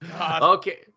Okay